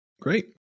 Great